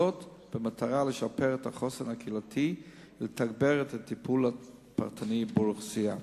וזאת במטרה לשפר את החוסן הקהילתי ולתגבר את הטיפול הפרטני באוכלוסייה.